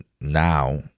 now